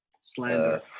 Slander